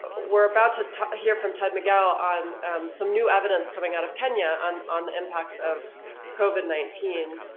we're about to hear from ted miguel on some new evidence coming out of kenya on on the impacts of covid nineteen.